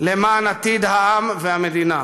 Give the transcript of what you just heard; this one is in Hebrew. למען עתיד העם והמדינה,